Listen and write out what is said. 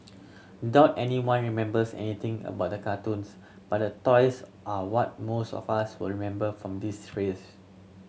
doubt anyone remembers anything about the cartoons but the toys are what most of us will remember from this series